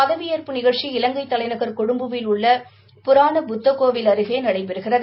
பதவியேற்பு நிகழ்ச்சி இலங்கை தலைநகர் கொழும்புவில் உள்ள புராண புத்த கோவில் அருகே நடைபெறுகிறது